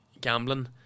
gambling